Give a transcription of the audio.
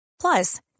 Plus